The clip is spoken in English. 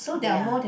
ya